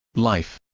life